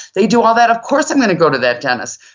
they do all that, of course i'm going to go to that dentist.